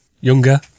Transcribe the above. younger